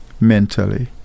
mentally